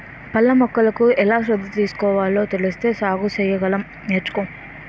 పళ్ళ మొక్కలకు ఎలా శ్రద్ధ తీసుకోవాలో తెలిస్తే సాగు సెయ్యగలం నేర్చుకో